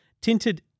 Tinted